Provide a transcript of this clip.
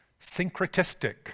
syncretistic